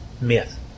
myth